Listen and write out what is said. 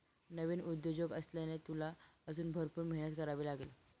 नवीन उद्योजक असल्याने, तुला अजून भरपूर मेहनत करावी लागेल